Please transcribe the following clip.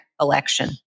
election